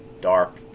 dark